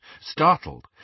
startled